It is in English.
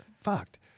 fucked